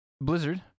Blizzard